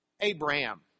Abraham